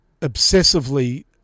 obsessively